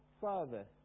Father